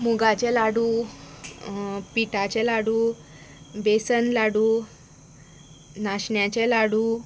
मुगाचे लाडू पिठाचे लाडू बेसन लाडू नाशण्याचे लाडू